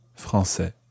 français